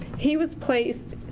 he was placed